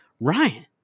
Ryan